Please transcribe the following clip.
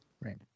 Right